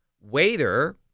waiter